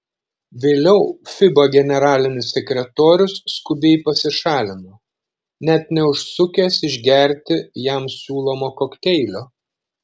vėliau fiba generalinis sekretorius skubiai pasišalino net neužsukęs išgerti jam siūlomo kokteilio